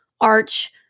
arch